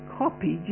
copy